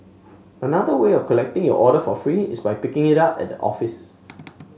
another way of collecting your order for free is by picking it up at the office